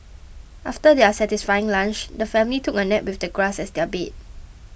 after their satisfying lunch the family took a nap with the grass as their bed